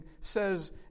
says